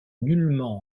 nullement